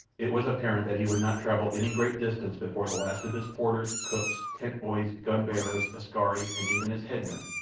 it was apparent that he would not travel any great distance before the last of his porters, cooks, tent-boys, gun-bearers, askari, and even his headman,